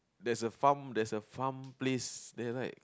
there's a farm there's a farm place there right